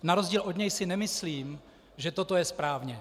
Na rozdíl od něj si nemyslím, že toto je správně.